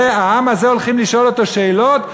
העם הזה הולכים לשאול אותו שאלות?